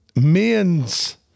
men's